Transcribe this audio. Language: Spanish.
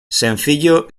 sencillo